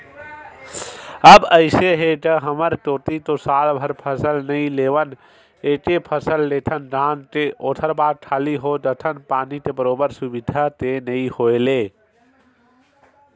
अब अइसे हे गा हमर कोती तो सालभर फसल नइ लेवन एके फसल लेथन धान के ओखर बाद खाली हो जाथन पानी के बरोबर सुबिधा के नइ होय ले